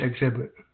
exhibit